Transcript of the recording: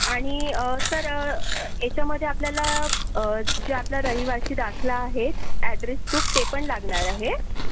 आणि सर याच्यामधे आपल्याला जे आपला रहिवासी दाखला आहे ॲड्रेस प्रूफ ते पण लागणार आहे